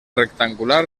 rectangular